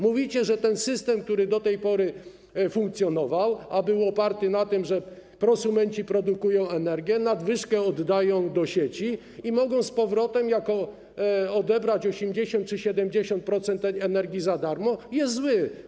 Mówicie, że ten system, który do tej pory funkcjonował, a był oparty na tym, że prosumenci produkują energię, nadwyżkę oddają do sieci i mogą odebrać 80% czy 70% tej energii za darmo, jest zły.